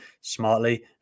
smartly